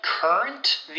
Current